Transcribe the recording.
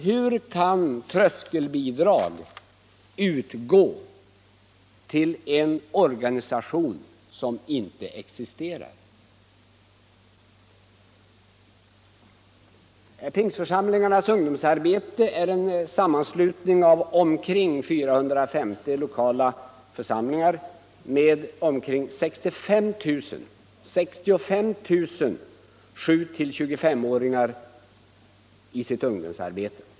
Hur kan tröskelbidrag utgå till en organisation som inte existerar? Pingstförsamlingarnas ungdomsarbete är en sammanslutning av omkring 450 lokala församlingar med omkring 65 600 7-25-åringar i sitt ungdomsarbete.